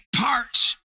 parts